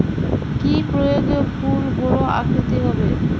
কি প্রয়োগে ফুল বড় আকৃতি হবে?